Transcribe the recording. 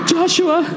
Joshua